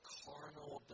carnal